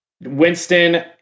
Winston